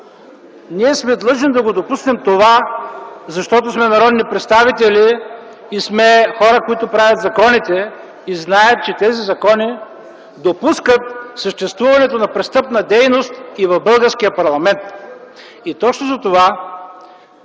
Ние сме длъжни да допуснем това, защото сме народни представители (реплики от ГЕРБ) и сме хора, които правят законите и знаят, че тези закони допускат съществуването на престъпна дейност и в българския парламент. Точно затова